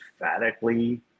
emphatically